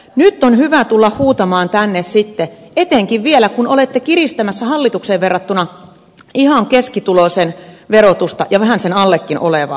nyt on hyvä tulla huutamaan tänne sitten etenkin vielä kun olette kiristämässä hallitukseen verrattuna ihan keskituloisen verotusta ja vähän sen allekin olevan